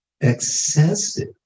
excessive